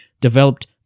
developed